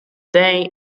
day